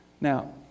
Now